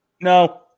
No